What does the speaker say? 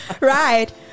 Right